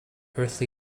earthly